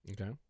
Okay